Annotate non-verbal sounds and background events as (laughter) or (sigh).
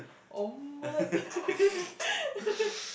omelette (laughs)